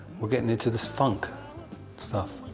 were getting into this funk stuff.